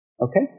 Okay